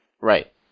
Right